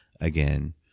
again